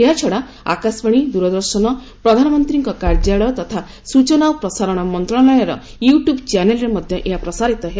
ଏହାଛଡ଼ା ଆକାଶବାଣୀ ଦୂରଦର୍ଶନ ପ୍ରଧାନମନ୍ତ୍ରୀଙ୍କ କାର୍ଯ୍ୟାଳୟ ତଥା ସୂଚନା ଓ ପ୍ରସାରଣ ମନ୍ତ୍ରଣାଳୟର ୟୁ ଟ୍ୟୁବ୍ ଚ୍ୟାନେଲ୍ରେ ମଧ୍ୟ ଏହା ପ୍ରସାରିତ ହେବ